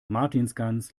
martinsgans